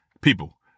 people